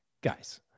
guys